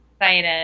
excited